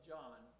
John